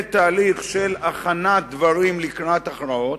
בתהליך של הכנת דברים לקראת הכרעות,